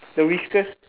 the whiskers